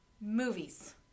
movies